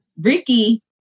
Ricky